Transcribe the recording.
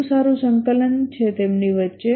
વધુ સારું સંકલન તેમની વચ્ચેછે